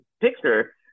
picture